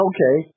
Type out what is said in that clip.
Okay